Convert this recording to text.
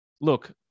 look